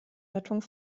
rettung